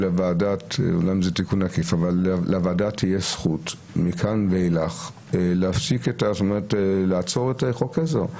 שלוועדה תהיה זכות מכאן ואילך לעצור חוק עזר.